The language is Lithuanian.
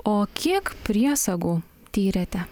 o kiek priesagų tyrėte